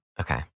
okay